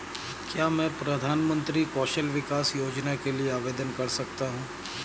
क्या मैं प्रधानमंत्री कौशल विकास योजना के लिए आवेदन कर सकता हूँ?